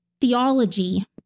theology